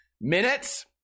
minutes